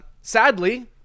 sadly